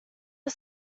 are